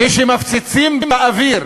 כשמפציצים מהאוויר